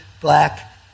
black